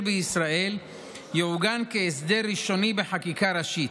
בישראל יעוגן כהסדר ראשוני בחקיקה ראשית.